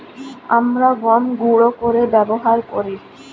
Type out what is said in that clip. আমরা গম গুঁড়ো করে ব্যবহার করি